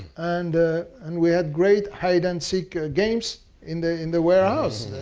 and and we had great hide and seek games in the in the warehouse.